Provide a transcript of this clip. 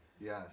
Yes